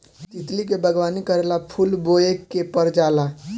तितली के बागवानी करेला फूल बोए के पर जाला